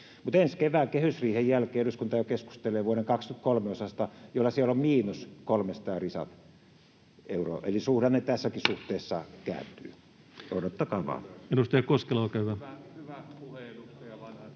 Mutta ensi kevään kehysriihen jälkeen eduskunta keskustelee jo vuoden 23 osasta, jolloin siellä on miinus 300 ja risat. Eli suhdanne tässäkin suhteessa kääntyy, odottakaa vain.